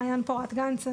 מעיין פורת גנץ,